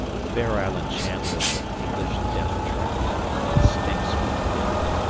the fair island channel is an english death-trap it stinks with death.